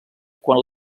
quan